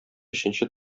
өченче